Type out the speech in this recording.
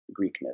Greekness